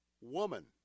woman